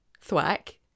thwack